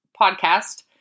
podcast